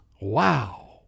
Wow